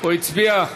הוא הצביע.